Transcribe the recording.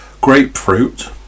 Grapefruit